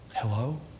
Hello